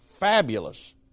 Fabulous